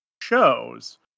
shows